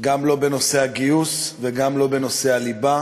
לא בנושא הגיוס וגם לא בנושא הליבה.